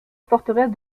forteresse